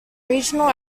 regional